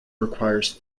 requires